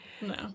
No